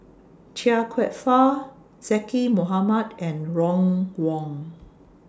Chia Kwek Fah Zaqy Mohamad and Ron Wong